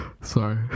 Sorry